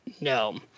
no